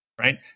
right